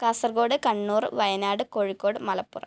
Kasaragod Kannur Wayanad Kozhikode Malappuram